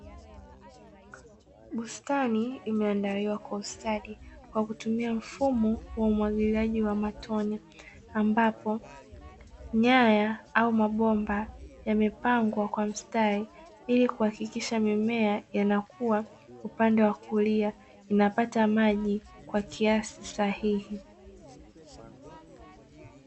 Bustani imeandaliwa kwa ustadi kwa kutumia mfumo wa umwagiliaji wa matone ambapo nyaya au mabomba, yamepangwa kwa mstari ili kuhakikisha mimea inakua upande wa kulia inapata maji kwa kiasi sahihi.